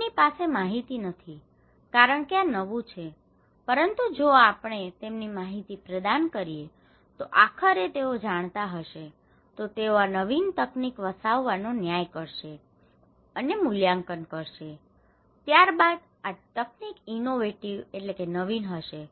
તેમની પાસે માહિતી નથી કારણ કે આ નવું છે પરંતુ જો આપણે તેમને માહિતી પ્રદાન કરીએ તો આખરે તેઓ જાણતા હશે તો તેઓ આ નવીન તકનીક વસાવવાનો ન્યાય કરશે અને મૂલ્યાંકન કરશે ત્યાર બાદ આ તકનિક ઇનોવેટિવ innovative નવીન હશે